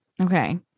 Okay